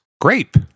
grape